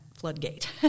floodgate